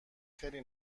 خیلی